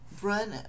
run